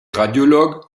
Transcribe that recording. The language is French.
radiologue